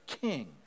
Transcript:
king